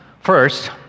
First